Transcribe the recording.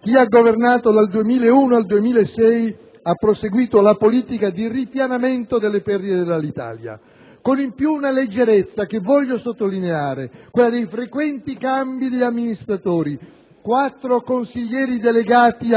chi ha governato dal 2001 al 2006 ha proseguito la politica di ripianamento delle perdite dell'Alitalia, con in più una leggerezza che voglio sottolineare, quella dei frequenti cambi di amministratori: in cinque anni, quattro consiglieri delegati